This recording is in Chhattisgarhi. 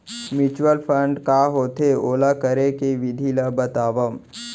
म्यूचुअल फंड का होथे, ओला करे के विधि ला बतावव